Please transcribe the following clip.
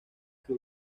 que